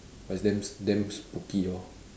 but it's damn s~ damn spooky lor